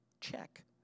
Check